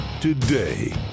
today